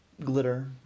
glitter